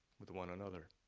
with one another,